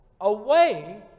away